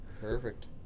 Perfect